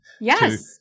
Yes